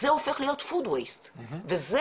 זה הופך להיות בזבוז מזון.